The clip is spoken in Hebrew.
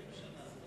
20 שנה?